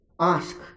ask